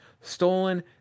stolen